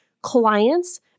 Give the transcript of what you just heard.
clients